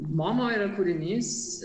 mano yra kūrinys